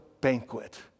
banquet